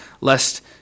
lest